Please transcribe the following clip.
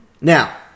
Now